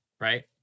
right